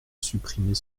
supprimer